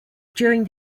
during